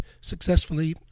successfully